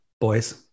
boys